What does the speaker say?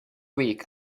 week